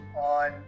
on